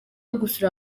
gusura